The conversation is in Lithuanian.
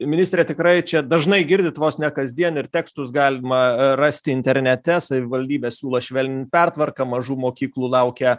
ministre tikrai čia dažnai girdit vos ne kasdien ir tekstus galima rasti internete savivaldybė siūlo švelnint pertvarką mažų mokyklų laukia